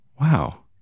Wow